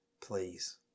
please